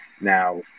now